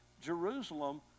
Jerusalem